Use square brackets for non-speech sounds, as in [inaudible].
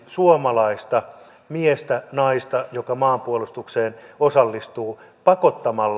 [unintelligible] suomalaista miestä naista joka maanpuolustukseen osallistuu pakottaa